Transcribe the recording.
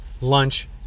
lunch